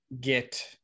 get